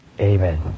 Amen